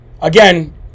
again